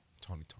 Tony